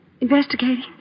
Investigating